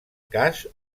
cas